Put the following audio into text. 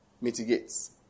mitigates